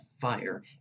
fire